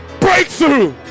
Breakthrough